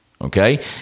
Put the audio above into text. okay